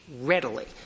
readily